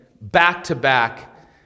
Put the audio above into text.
back-to-back